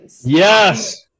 Yes